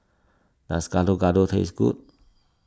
does Gado Gado taste good